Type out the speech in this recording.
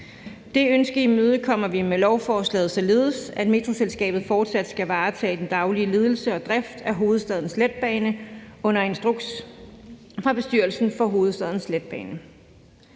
Det ønske imødekommer vi med lovforslaget, således at Metroselskabet fortsat skal varetage den daglige ledelse og drift af Hovedstadens Letbane under instruks fra bestyrelsen for Hovedstadens Letbane.